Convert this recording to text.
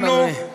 אדוני.